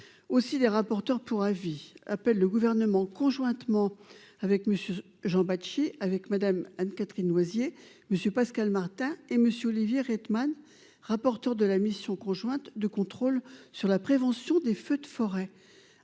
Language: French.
aussi les rapporteurs pour avis, appelle le gouvernement conjointement avec monsieur Jean avec Madame Anne-Catherine Loisier monsieur Pascal Martin et monsieur Olivier Reitmans, rapporteur de la mission conjointe de contrôle sur la prévention des feux de forêt